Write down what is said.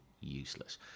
useless